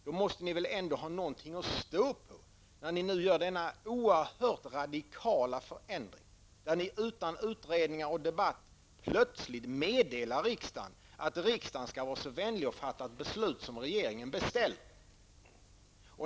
Då måste ni väl ändå ha någonting att stå på, när ni nu gör denna oerhört radikala förändring och när ni utan utredningar och debatt plötsligt meddelar riksdagen, att riksdagen skall vara så vänlig att fatta det beslut som regeringen beställt.